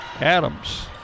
Adams